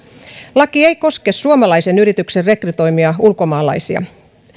laki ei koske suomalaisen yrityksen rekrytoimia ulkomaalaisia